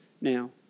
now